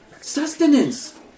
Sustenance